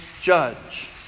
judge